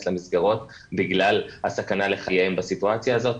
למסגרות בגלל הסכנה לחייהם בסיטואציה הזאת,